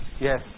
Yes